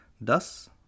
Thus